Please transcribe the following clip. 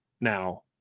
now